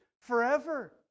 forever